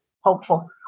hopeful